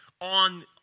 on